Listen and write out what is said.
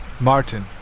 Martin